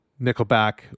Nickelback